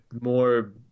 more